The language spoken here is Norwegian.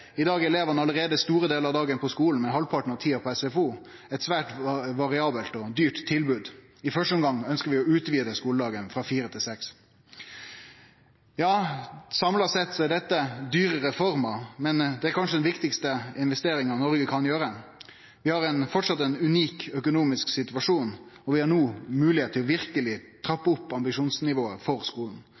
I dag er elevane allereie store delar av dagen på skulen, med halvparten av tida på SFO – eit svært variabelt og dyrt tilbod. I første omgang ønskjer vi å utvide skuledagen frå kl. 16 til kl. 18. Samla sett er dette dyre reformer, men det er kanskje den viktigaste investeringa Noreg kan gjere. Vi har framleis ein unik økonomisk situasjon, og vi har no moglegheit til verkeleg å trappe opp ambisjonsnivået for